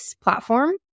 platform